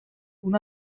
d’un